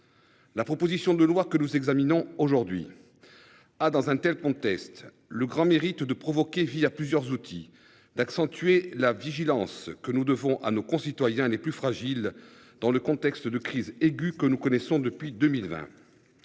La proposition de loi que nous examinons aujourd'hui. À dans un tel conteste le grand mérite de provoquer vis à plusieurs outils d'accentuer la vigilance que nous devons à nos concitoyens les plus fragiles dans le contexte de crise aiguë que nous connaissons depuis 2020.